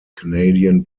canadian